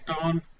on